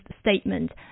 statement